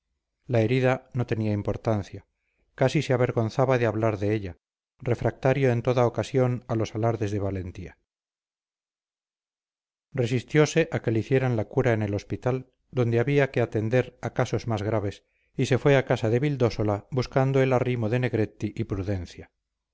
la herida no tenía importancia casi se avergonzaba de hablar de ella refractario en toda ocasión a los alardes de valentía resistiose a que le hicieran la cura en el hospital donde había que atender a casos más graves y se fue a casa de vildósola buscando el arrimo de negretti y prudencia